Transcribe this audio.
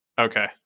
Okay